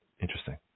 Interesting